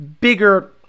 bigger